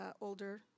older